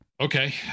Okay